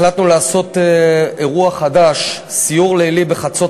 החלטנו לעשות אירוע חדש: סיור לילי בחצות